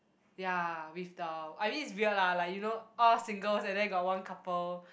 ya with the I mean it's weird lah you know all singles and then you got one couple